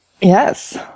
Yes